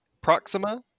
Proxima